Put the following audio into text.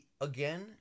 again